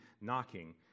knocking